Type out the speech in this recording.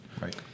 Right